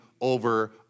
over